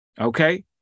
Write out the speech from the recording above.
Okay